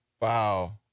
Wow